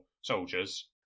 soldiers